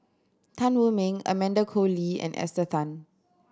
Tan Wu Meng Amanda Koe Lee and Esther Tan